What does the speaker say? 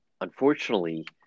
unfortunately